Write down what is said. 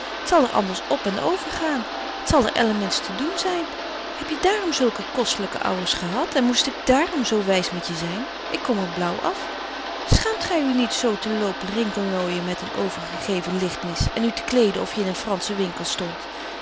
zal er anders op en over gaan t zal er ellements te doen zyn heb je dààrom zulke kostelyke ouwers gehad en moest ik dààrom zo wys met je zyn ik kom er blaauw af schaamt gy u niet zo te lopen rinkelrooijen met een overgegeven ligtmis en u te kleden of je in een fransche winkel stondt